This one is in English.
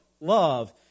love